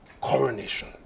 Coronation